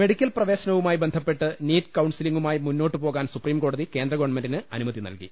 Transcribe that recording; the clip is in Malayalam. മെഡിക്കൽ പ്രവേശനവുമായി ബന്ധപ്പെട്ട് നീറ്റ് കൌൺസി ലിങ്ങുമായി മുന്നോട്ട് പോകാൻ സുപ്രീംകോടതി കേന്ദ്രഗ വൺമെന്റിന് അനുമതി നൽകി